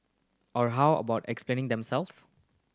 or how about explaining themselves